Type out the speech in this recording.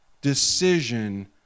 decision